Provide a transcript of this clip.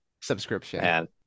subscription